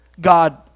God